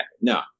No